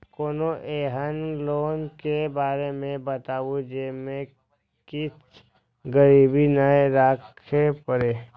कोनो एहन लोन के बारे मे बताबु जे मे किछ गीरबी नय राखे परे?